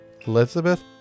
Elizabeth